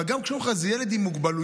אבל גם כשאומרים לך: זה ילד עם מוגבלויות,